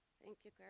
thank you,